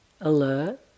alert